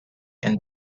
and